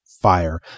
fire